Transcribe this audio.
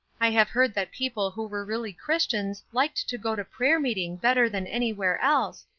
i have heard that people who were really christians liked to go to prayer-meeting better than anywhere else,